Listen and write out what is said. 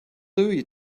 louie